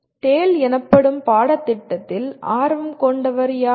யார் TALE எனப்படும் பாடத்திட்டத்தில் ஆர்வம் கொண்டவர் யார்